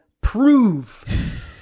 prove